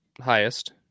highest